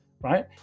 right